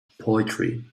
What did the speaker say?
poetry